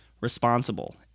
responsible